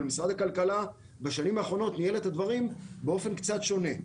אבל משרד הכלכלה בשנים האחרונות ניהל את הדברים באופן קצת שונה.